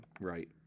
right